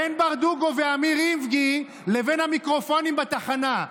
בין ברדוגו ואמיר איבגי לבין המיקרופונים בתחנה.